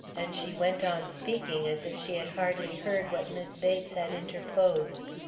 and she went on speaking as if she had hardly heard what mis' bates had interposed.